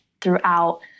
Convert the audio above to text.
throughout